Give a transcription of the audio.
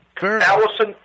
Allison